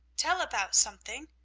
tell about something?